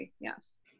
yes